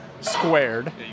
squared